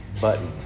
button